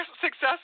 success